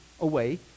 away